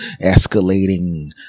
Escalating